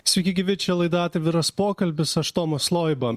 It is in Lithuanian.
sveiki gyvi čia laida atviras pokalbis aš tomas loiba